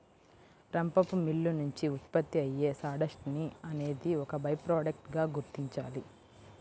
రంపపు మిల్లు నుంచి ఉత్పత్తి అయ్యే సాడస్ట్ ని అనేది ఒక బై ప్రొడక్ట్ గా గుర్తించాలి